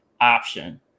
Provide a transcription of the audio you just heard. option